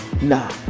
Nah